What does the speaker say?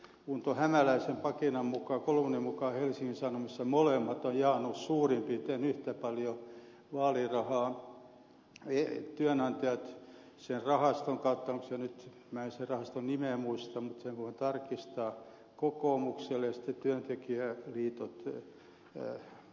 unto hämäläisen kolumnin mukaan helsingin sanomissa molemmat ovat jakaneet suurin piirtein yhtä paljon vaalirahaa työnantajat sen rahaston kautta oliko se nyt minä en sen rahaston nimeä muista mutta sen voin tarkistaa kokoomukselle ja sitten työntekijäliitot vasemmistopuolueille